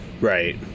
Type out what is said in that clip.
Right